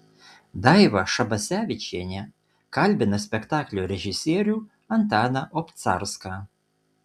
daiva šabasevičienė kalbina spektaklio režisierių antaną obcarską